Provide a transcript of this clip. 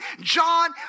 John